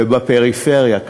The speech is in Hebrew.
ובפריפריה,